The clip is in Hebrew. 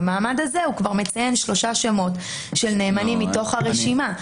במעמד הזה הוא כבר מציין 3 שמות של נאמנים מתוך הרשימה.